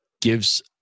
gives